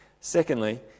secondly